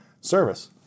service